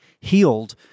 healed